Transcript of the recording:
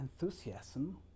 enthusiasm